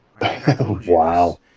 Wow